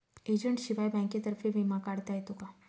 एजंटशिवाय बँकेतर्फे विमा काढता येतो का?